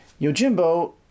Yojimbo